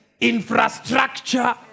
infrastructure